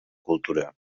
cultura